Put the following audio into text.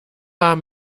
war